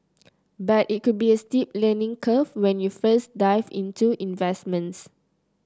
but it could be a steep learning curve when you first dive into investments